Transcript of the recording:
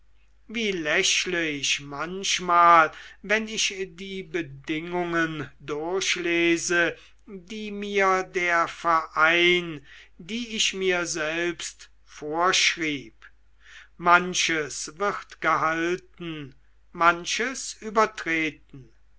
wie lächle ich manchmal wenn ich die bedingungen durchlese die mir der verein die ich mir selbst vorschrieb manches wird gehalten manches übertreten